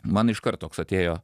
man iškart toks atėjo